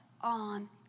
on